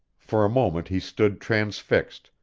for a moment he stood transfixed,